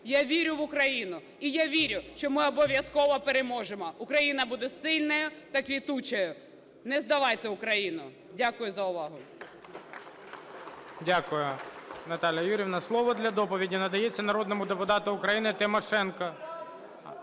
я вірю в Україну, і я вірю, що ми обов'язково переможемо, Україна буде сильною та квітучою. Не здавайте Україну! Дякую за увагу. ГОЛОВУЮЧИЙ. Дякую, Наталія Юріївна. Слово для доповіді надається народному депутату України Тимошенко…